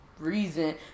reason